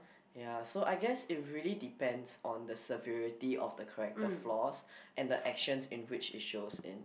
ya so I guess it really depends on the severity of the character flaws and the actions in which it shows then